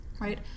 right